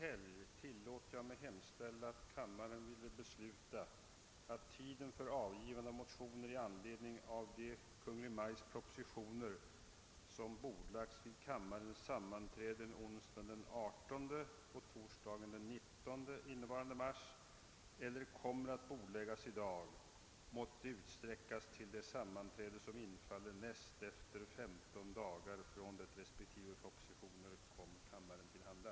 Jag tillåter mig hemställa, att kammaren ville besluta, att tiden för avgivande av motioner i anledning av de Kungl. Maj:ts propositioner, som bordlagts vid kammarens sammanträden onsdagen den 18 och torsdagen den 19 innevarande mars eller kommer att bordläggas i dag, måtte med hänsyn till infallande helg utsträckas till det sammanträde, som infaller näst efter 15 dagar från det respektive propositioner kom kammaren till handa.